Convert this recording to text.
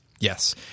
Yes